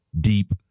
deep